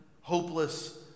hopeless